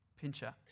pincher